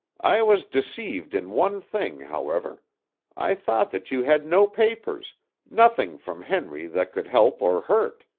i was deceived in one thing, however i thought that you had no papers nothing from henry that could help or hurt.